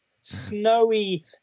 snowy